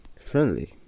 friendly